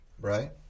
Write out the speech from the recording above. Right